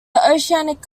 oceanic